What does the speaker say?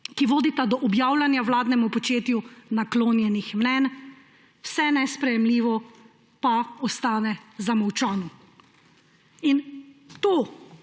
ki vodita do objavljanja vladnemu početju naklonjenih mnenj, vse nesprejemljivo pa ostane zamolčano. To so